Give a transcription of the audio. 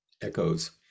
echoes